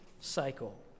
cycle